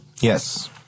Yes